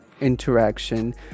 interaction